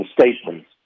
statements